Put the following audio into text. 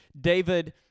David